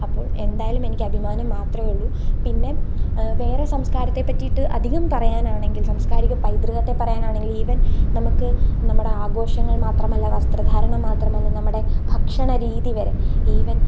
അപ്പോൾ എന്തായാലുമെനിക്ക് അഭിമാനം മാത്രമേ ഉളളൂ പിന്നെ വേറെ സംസ്കാരത്തെ പറ്റിയിട്ട് അധികം പറയാനാണെങ്കിൽ സംസ്കാരിക പൈതൃകത്തെ പറയാനാണെങ്കിൽ ഈവൻ നമുക്ക് നമ്മുടെ ആഘോഷങ്ങൾ മാത്രമല്ല വസ്ത്രധാരണം മാത്രമല്ല നമ്മുടെ ഭക്ഷണരീതിവരെ ഈവൻ